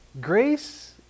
Grace